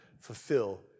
fulfill